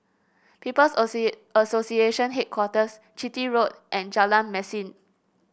People's Association Headquarters Chitty Road and Jalan Mesin